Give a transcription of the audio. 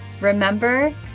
Remember